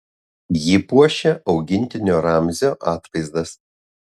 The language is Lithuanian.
jį puošia augintinio ramzio atvaizdas